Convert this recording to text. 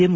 M